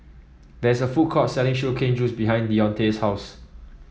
there is a food court selling Sugar Cane Juice behind Deontae's house